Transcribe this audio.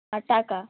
আর টাকা